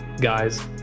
guys